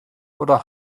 oder